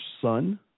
son